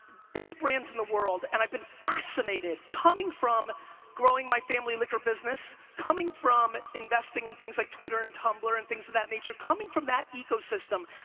biggest brands in the world, and i've been fascinated, coming from growing my family liquor business, coming from investing in things like twitter and tumblr, and things of that nature, coming from that ecosystem,